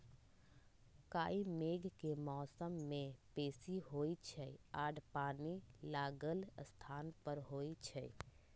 काई मेघ के मौसम में बेशी होइ छइ आऽ पानि लागल स्थान पर होइ छइ